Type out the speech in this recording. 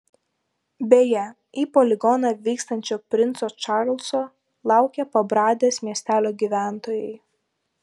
beje į poligoną vykstančio princo čarlzo laukė pabradės miestelio gyventojai